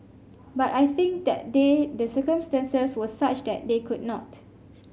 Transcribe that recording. but I think that day the circumstances were such that they could not